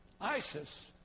ISIS